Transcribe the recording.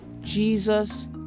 Jesus